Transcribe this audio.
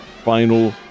final